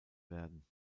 werden